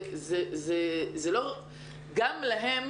גם להם